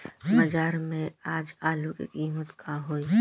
बाजार में आज आलू के कीमत का होई?